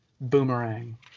boomerang